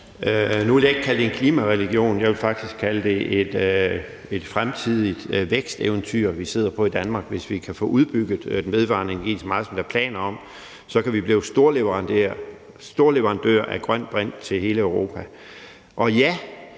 Nu vil jeg ikke kalde det en klimareligion. Jeg vil faktisk kalde det et fremtidigt væksteventyr, vi sidder på i Danmark, hvis vi kan få udbygget den vedvarende energi så meget, som der er planer om. Så kan vi blive storleverandører af grøn brint til hele Europa. Og ja,